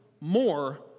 more